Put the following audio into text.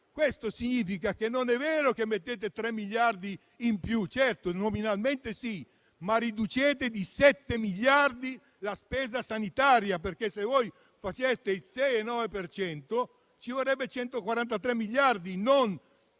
Questo significa che non è vero che mettete tre miliardi in più, certo nominalmente sì, ma riducete di sette miliardi la spesa sanitaria; se voi arrivaste al 6,9 per cento, ci vorrebbero 143 miliardi, e non